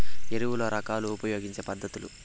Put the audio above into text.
ఎరువుల రకాలు ఉపయోగించే పద్ధతులు?